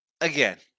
again